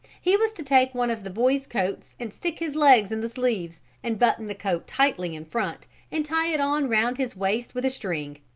he was to take one of the boys' coats and stick his legs in the sleeves and button the coat tightly in front and tie it on round his waist with a string.